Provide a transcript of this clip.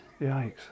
yikes